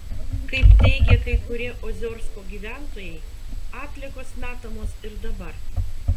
kaip teigia kai kurie oziorsko gyventojai atliekos metamos ir dabar